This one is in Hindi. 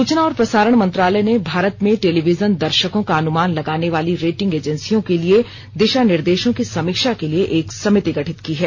सूचना और प्रसारण मंत्रालय ने भारत में टेलीविजन दर्शकों का अनुमान लगाने वाली रेटिंग एजेंसियों के लिए दिशा निर्देशों की समीक्षा के लिए एक समिति गठित की है